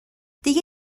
دیگه